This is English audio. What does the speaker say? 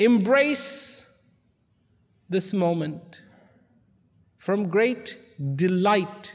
embrace this moment from great delight